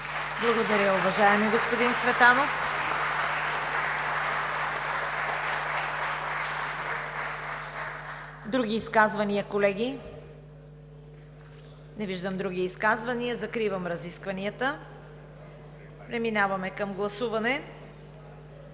Благодаря Ви, уважаеми господин Цветанов. Други изказвания, колеги? Не виждам. Закривам разискванията. Преминаваме към гласуване.